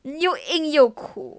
又硬又苦